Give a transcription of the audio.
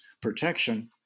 protection